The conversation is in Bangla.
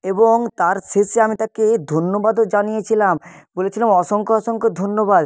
এবং তার শেষে আমি তাকে ধন্যবাদও জানিয়েছিলাম বলেছিলাম অসংখ্য অসংখ্য ধন্যবাদ